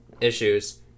issues